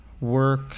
work